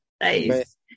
nice